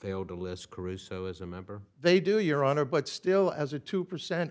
failed to list caruso as a member they do your honor but still as a two percent